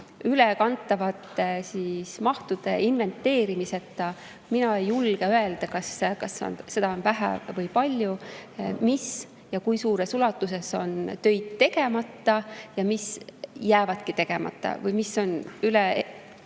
ülekantavate [vahendite] mahu inventeerimiseta mina ei julge öelda, kas seda on vähe või palju, kui suures ulatuses on töid tegemata ja mis jäävadki tegemata või mis on üle